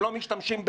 הם לא משתמשים בטישו.